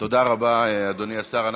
כשאני מנהל את הוועדה אף אחד לא מצלם אותי,